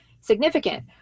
significant